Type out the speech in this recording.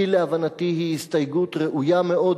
כי להבנתי היא הסתייגות ראויה מאוד,